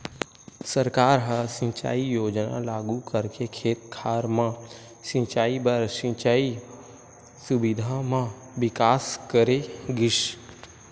सरकार ह सिंचई योजना लागू करके खेत खार म सिंचई बर सिंचई सुबिधा म बिकास करे गिस